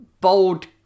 Bold